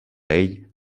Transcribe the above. ell